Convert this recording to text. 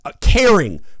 caring